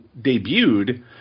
debuted